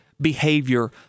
behavior